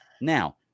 Now